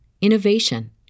innovation